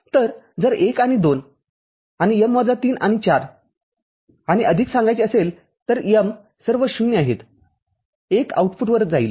तरजर १ आणि २ आणि m ३ आणि ४ आणि अधिक सांगायचे असेल तर m सर्व 0 आहेत १ आउटपुट वर जाईल